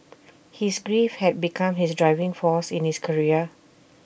his grief had become his driving force in his career